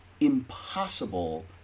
impossible